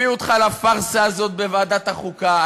הביאו אותך לפארסה הזאת בוועדת החוקה.